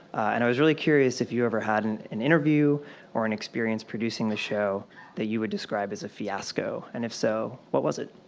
and i was really curious if you ever had an an interview or an experience producing the show that you would describe as a fiasco, and if so, what was it?